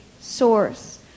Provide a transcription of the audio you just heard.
source